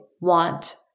want